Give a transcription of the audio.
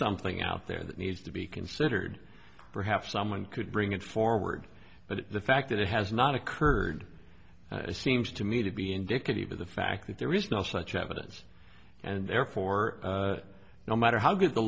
something out there that needs to be considered perhaps someone could bring it forward but the fact that it has not occurred seems to me to be indicative of the fact that there is no such evidence and therefore no matter how good the